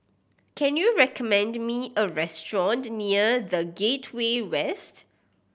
can you recommend me a restaurant near The Gateway West